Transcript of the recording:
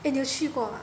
eh 你有去过吗